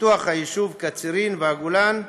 לפיתוח היישוב קצרין והגולן בכלל,